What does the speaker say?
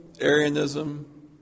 Arianism